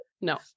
No